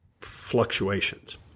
fluctuations